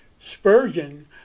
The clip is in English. Spurgeon